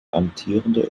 amtierende